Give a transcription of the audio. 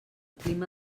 clima